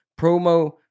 promo